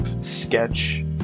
sketch